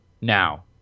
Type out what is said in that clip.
now